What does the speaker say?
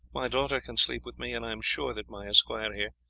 my daughter can sleep with me, and i am sure that my esquire here,